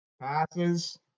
Passes